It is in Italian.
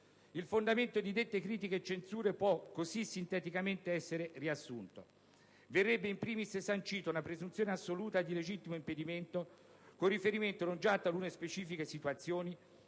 Il fondamento di dette critiche e censure può, così, sinteticamente essere riassunto. Verrebbe, *in primis*, sancita una presunzione assoluta di legittimo impedimento con riferimento non già a talune specifiche situazioni,